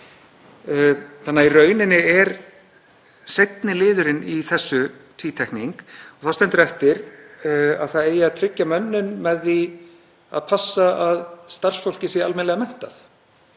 Í rauninni er því seinni liðurinn í þessu tvítekning og þá stendur eftir að það eigi að tryggja mönnun með því að passa að starfsfólkið sé almennilega menntað,